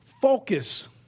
focus